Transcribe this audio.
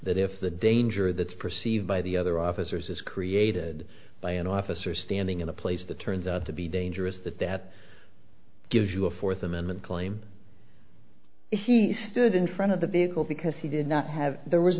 that if the danger that's perceived by the other officers is created by an officer standing in a place that turns out to be dangerous that that gives you a fourth amendment claim he stood in front of the vehicle because he did not have there was